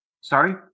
Sorry